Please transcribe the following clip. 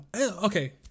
Okay